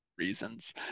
reasons